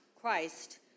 Christ